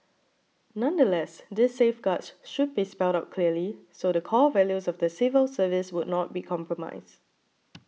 nonetheless these safeguards should be spelled out clearly so the core values of the civil service would not be compromised